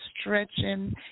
stretching